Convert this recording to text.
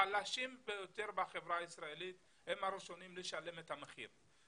החלשים ביותר בחברה הישראלית הם הראשונים לשלם את המחיר.